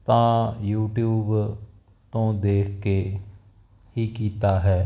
ਤਾਂ ਯੂਟੀਊਬ ਤੋਂ ਦੇਖ ਕੇ ਹੀ ਕੀਤਾ ਹੈ